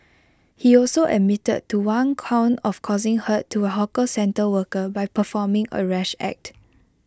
he also admitted to one count of causing hurt to A hawker centre worker by performing A rash act